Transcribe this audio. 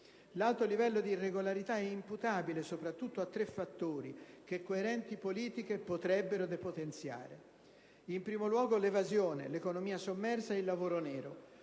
L'alto livello di irregolarità è imputabile soprattutto a tre fattori che coerenti politiche potrebbero depotenziare: in primo luogo l'evasione, l'economia sommersa ed il lavoro nero.